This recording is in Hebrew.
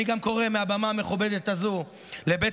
אני גם קורא מהבמה המכובדת הזו לבית